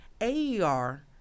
AER